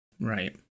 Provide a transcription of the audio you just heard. Right